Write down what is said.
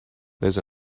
there’s